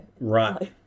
right